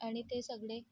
आणि ते सगळे